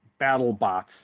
BattleBots